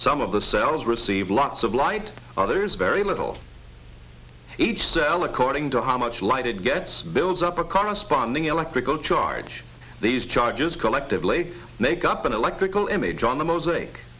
some of the cells receive lots of light others very little each cell according to how much light it gets builds up a corresponding electrical charge these charges collectively make up an electrical image on a mosaic